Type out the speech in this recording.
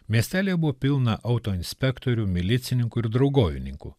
miestelyje buvo pilna autoinspektorių milicininkų ir draugovininkų